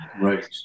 Right